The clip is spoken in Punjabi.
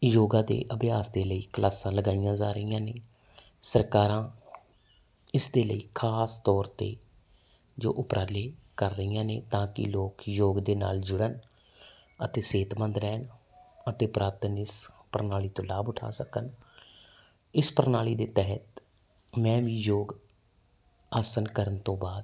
ਯੋਗਾ ਦੇ ਅਭਿਆਸ ਦੇ ਲਈ ਕਲਾਸਾਂ ਲਗਾਈਆਂ ਜਾ ਰਹੀਆਂ ਨੇ ਸਰਕਾਰਾਂ ਇਸ ਦੇ ਲਈ ਖਾਸ ਤੌਰ ਤੇ ਜੋ ਉਪਰਾਲੇ ਕਰ ਰਹੀਆਂ ਨੇ ਤਾਂ ਕਿ ਲੋਕ ਯੋਗ ਦੇ ਨਾਲ ਜੁੜਨ ਅਤੇ ਸਿਹਤ ਮੰਦ ਰਹਿਣ ਅਤੇ ਪੁਰਾਤਨ ਇਸ ਪ੍ਰਣਾਲੀ ਤੋਂ ਲਾਭ ਉਠਾ ਸਕਣ ਇਸ ਪ੍ਰਣਾਲੀ ਦੇ ਤਹਿਤ ਮੈਂ ਵੀ ਯੋਗ ਆਸਨ ਕਰਨ ਤੋਂ ਬਾਅਦ